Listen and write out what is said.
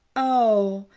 oh,